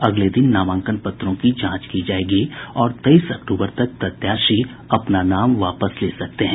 अगले दिन नामांकन पत्रों की जांच की जाएगी और तेईस अक्टूबर तक प्रत्याशी अपना नाम वापस ले सकते हैं